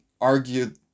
argued